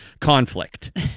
conflict